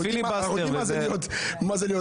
אנחנו יודעים מה זה להיות אופוזיציה.